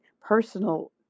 personal